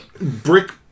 brick